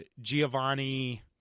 Giovanni